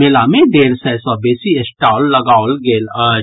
मेला मे डेढ़ सय सँ बेसी स्टॉल लगाओल गेल अछि